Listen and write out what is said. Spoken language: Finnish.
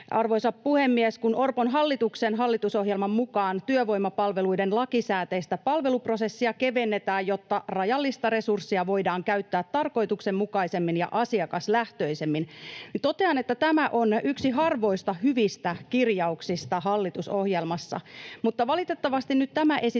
Arvoisa puhemies! Kun Orpon hallituksen hallitusohjelman mukaan työvoimapalveluiden lakisääteistä palveluprosessia kevennetään, jotta rajallista resurssia voidaan käyttää tarkoituksenmukaisemmin ja asiakaslähtöisemmin, niin totean, että tämä on yksi harvoista hyvistä kirjauksista hallitusohjelmassa, mutta valitettavasti nyt tämä esitys